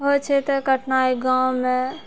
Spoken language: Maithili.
होइ छै तऽ कठिनाइ गाँवमे